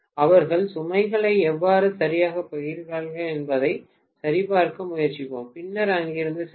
அவர்கள் சுமைகளை எவ்வாறு சரியாகப் பகிர்கிறார்கள் என்பதைச் சரிபார்க்க முயற்சிப்போம் பின்னர் அங்கிருந்து செல்லுங்கள்